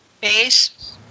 base